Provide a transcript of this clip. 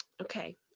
okay